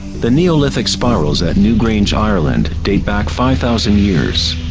the neolithic spirals at newgrange, ireland date back five thousand years.